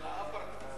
של האפרטהייד.